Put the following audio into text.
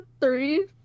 three